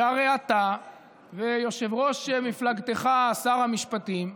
שהרי אתה ויושב-ראש מפלגתך שר המשפטים,